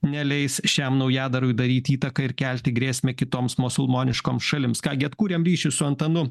neleis šiam naujadarui daryt įtaką ir kelti grėsmę kitoms musulmoniškom šalims ką gi atkurėm ryšį su antanu